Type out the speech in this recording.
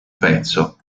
pezzo